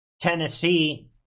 Tennessee